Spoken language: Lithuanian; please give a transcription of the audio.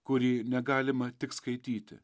kurį negalima tik skaityti